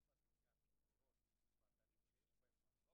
הדבר השני, בבוא השר,